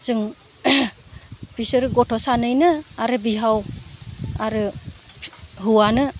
जों बिसोरो गथ' सानैनो आरो बिहाव आरो हौवानो